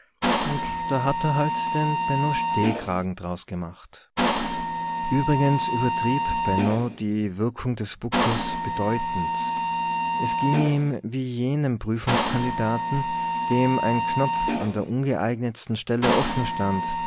und da hat er halt den benno stehkragen draus gemacht übrigens übertrieb benno die wirkung des buckels bedeutend es ging ihm wie jenem prüfungskandidaten dem ein knopf an der ungeeignetsten stelle offen stand